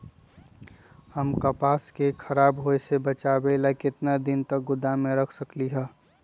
हम कपास के खराब होए से बचाबे ला कितना दिन तक गोदाम में रख सकली ह?